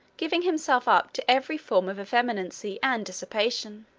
giving himself up to every form of effeminacy and dissipation.